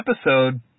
episode